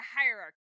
hierarchy